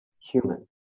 human